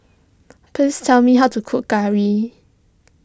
please tell me how to cook curry